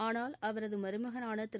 ஆனால் அவரது மருமகனான திரு